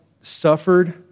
suffered